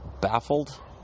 baffled